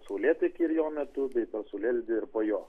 saulėtekį ir jo metu bei per saulėlydį ir po jo